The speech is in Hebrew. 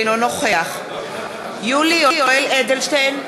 אינו נוכח יולי יואל אדלשטיין,